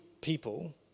people